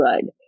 good